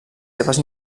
seves